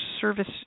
service